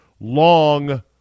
long